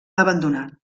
abandonat